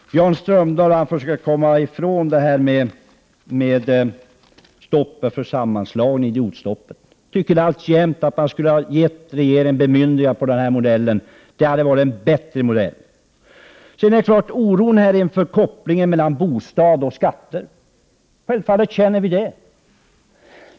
Jan Strömdahl försöker komma ifrån detta med stoppet för sammanslagning — idiotstoppet. Jag tycker alltjämt att man skulle ha gett regeringen bemyndigande när det gäller den här modellen — det hade varit en bättre modell. Självfallet känner vi oro inför kopplingen mellan bostad och skatter.